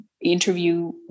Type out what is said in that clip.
interview